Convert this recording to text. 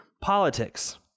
politics